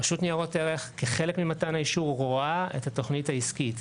רשות ניירות ערך כחלק ממתן האישור רואה את התוכנית העסקית,